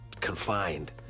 confined